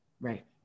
Right